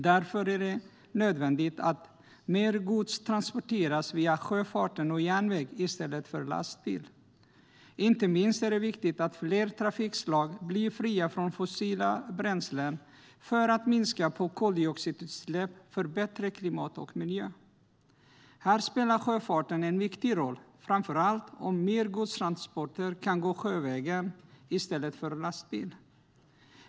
Därför är det nödvändigt att mer gods transporteras via sjöfart och på järnväg i stället för på lastbil. Inte minst är det viktigt att fler trafikslag blir fria från fossila bränslen, för att vi ska minska på koldioxidutsläpp och för att vi ska få bättre klimat och miljö. Här spelar sjöfarten en viktig roll, framför allt om mer transporter kan gå sjövägen, i stället för på lastbil.